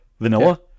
vanilla